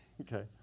okay